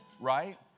right